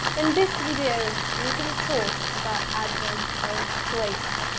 in this video, we're gonna talk about adverbs of place.